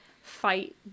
fight